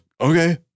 okay